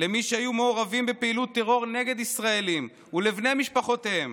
למי שהיו מעורבים בפעילות טרור נגד ישראלים ולבני משפחותיהם,